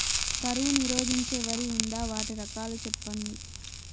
కరువు నిరోధించే వరి ఉందా? వాటి రకాలు చెప్పండి?